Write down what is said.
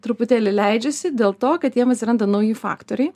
truputėlį leidžiasi dėl to kad jiem atsiranda nauji faktoriai